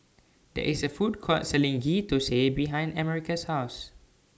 There IS A Food Court Selling Ghee Thosai behind America's House